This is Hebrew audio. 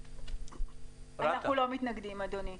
אנחנו לא מתנגדים, אדוני.